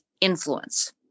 influence